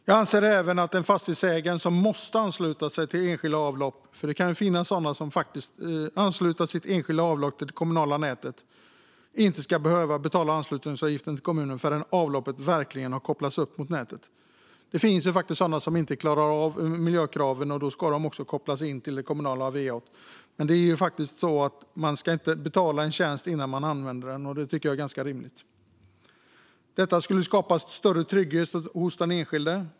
Jag anser även att en fastighetsägare som måste ansluta sitt enskilda avlopp - det kan finnas sådana som faktiskt vill ansluta sitt enskilda avlopp till det kommunala nätet - inte ska behöva betala anslutningsavgiften till kommunen förrän avloppet verkligen har kopplats upp mot nätet. Det finns faktiskt sådana som inte klarar miljökraven, och då ska de kopplas in till det kommunala va-nätet. Men man ska inte betala en tjänst innan man använder den. Det tycker jag är ganska rimligt. Detta skulle skapa större trygghet för den enskilde.